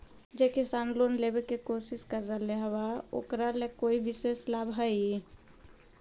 जे किसान लोन लेवे के कोशिश कर रहल बा ओकरा ला कोई विशेष लाभ हई?